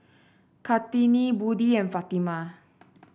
Kartini Budi and Fatimah